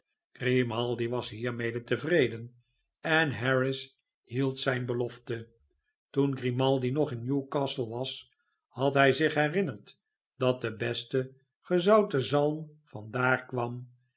grimaldi was hiermede tevreden en harris hield zijn belofte toen grimaldi nog in newcastle was had hi zich herinnerd dat de beste gezouten zalm van daar kwam